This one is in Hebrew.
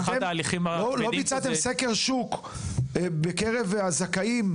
לא ביצעתם סקר שוק בקרב הזכאים,